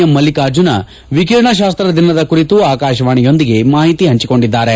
M Mallikarjuna ವಿಕಿರಣಶಾಸ್ತ ದಿನದ ಕುರಿತು ಆಕಾಶವಾಣಿಯೊಂದಿಗೆ ಮಾಹಿತಿ ಪಂಚಿಕೊಂಡಿದ್ದಾರೆ